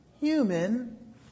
human